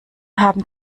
haben